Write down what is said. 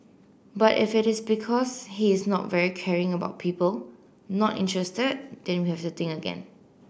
but if it is because he is not very caring about people not interested then we have to think again